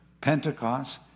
Pentecost